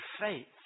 faith